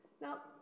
Now